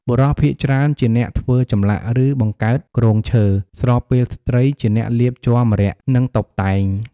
បុរសភាគច្រើនជាអ្នកធ្វើចម្លាក់ ឬ បង្កើតគ្រោងឈើ ស្របពេលស្ត្រីជាអ្នកលាបជ័រម្រ័ក្សណ៍ និងតុបតែង។